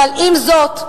אבל עם זאת,